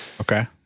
Okay